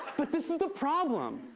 but this is the problem.